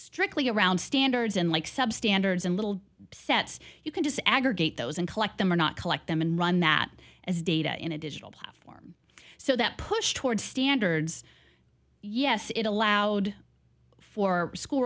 strictly around standards and like sub standards and little sets you can just aggregate those and collect them or not collect them and run that as data in a digital platform so that push toward standards yes it allowed for school